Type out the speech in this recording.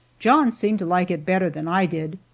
john seemed to like it better than i did.